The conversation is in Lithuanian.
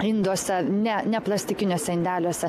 induose ne ne plastikiniuose indeliuose